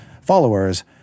followers